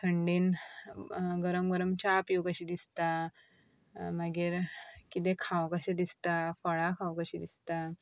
थंडेन गरम गरम च्या पिवूं कशेंं दिसता मागीर कितें खाव कशें दिसता फळां खाव कशी दिसता